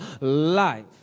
life